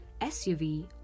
SUV